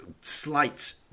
slight